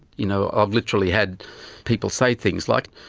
you know ah i've literally had people say things like,